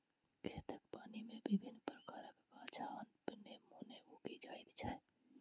खेतक पानि मे विभिन्न प्रकारक गाछ अपने मोने उगि जाइत छै